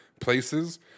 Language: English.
places